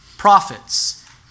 prophets